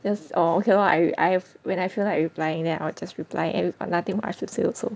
that's all ok lor I have when I feel like replying then I'll just reply and we've got nothing much to say also